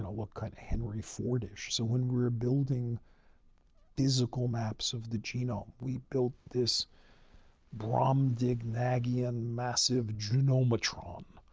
and looked kind of henry ford-ish. so when we were building physical maps of the genome, we built this brobdingnagian, massive genomatron,